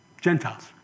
Gentiles